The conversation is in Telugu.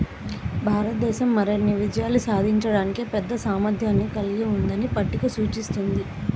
భారతదేశం మరిన్ని విజయాలు సాధించడానికి పెద్ద సామర్థ్యాన్ని కలిగి ఉందని పట్టిక సూచిస్తుంది